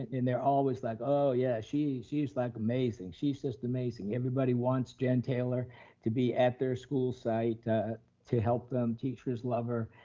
and they're always like, oh yeah, she's she's like amazing, she's just amazing. everybody wants jen taylor to be at their school site to help them. teachers love her,